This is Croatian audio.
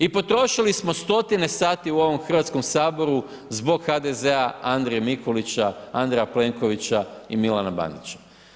I potrošili smo stotine sati u ovom Hrvatskom saboru zbog HDZ-a, Andrije Mikulića, Andreja Plenkovića i Milana Bandića.